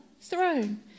throne